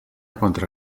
contra